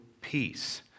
peace